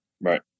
Right